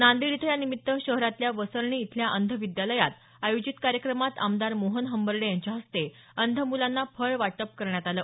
नांदेड इथं यानिमित्त शहरातल्या वसरणी इथल्या अंध विद्यालयात आयोजित कार्यक्रमात आमदार मोहन हंबर्डे यांच्या हस्ते अंधमुलांना फळ वाटप करण्यात आलं